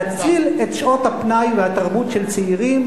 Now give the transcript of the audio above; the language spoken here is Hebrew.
להציל את שעות הפנאי והתרבות של צעירים,